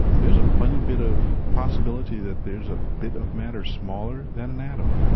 there's a funny bit of possibility that there's a bit of matter smaller than an atom.